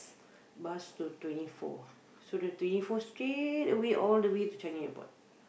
bus to twenty four so the twenty four straight away all the way to Changi-Airport